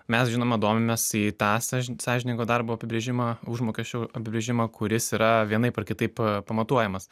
mes žinoma domimės į tą sąž sąžiningo darbo apibrėžimą užmokesčio apibrėžimą kuris yra vienaip ar kitaip pamatuojamas